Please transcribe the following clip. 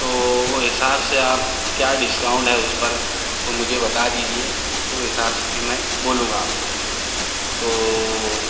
تو وہ حساب سے آپ کیا ڈسکاؤنٹ ہے اس پر تو مجھے بتا دیجیے وہ حساب سے پھر میں بولوں گا آپ کو تو